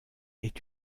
est